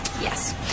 Yes